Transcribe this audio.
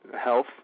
health